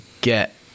get